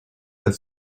have